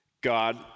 God